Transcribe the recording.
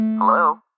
Hello